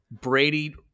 Brady